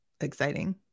exciting